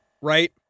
right